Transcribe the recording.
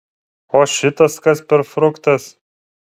o šitas kas per fruktas